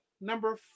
number